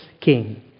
king